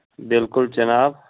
بِلکُل جِناب